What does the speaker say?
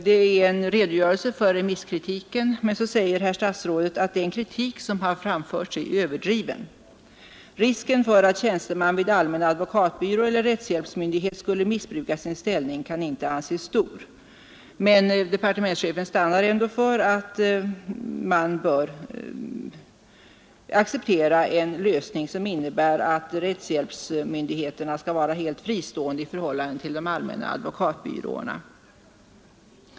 Det är en redogörelse för remisskritiken, men så säger herr statsrådet att den kritik som har framförts är överdriven — risken för att tjänsteman vid allmän advokatbyrå eller rättshjälpsmyndighet skulle missbruka sin ställning kan inte anses stor. Departementschefen stannar emellertid ändå för att man bör acceptera en lösning som innebär att rättshjälpsmyndigheterna skall vara helt fristående i förhållande till de allmänna advokatbyråerna.